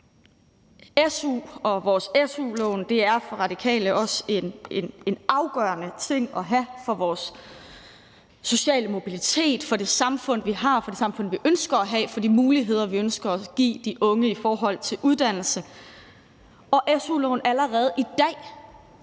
su og vores su-lån også for Radikale er en afgørende ting at have for vores sociale mobilitet, for det samfund, vi har, og for det samfund, vi ønsker at have, for de muligheder, vi ønsker at give de unge i forhold til uddannelse, og at su-lån allerede i dag